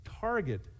target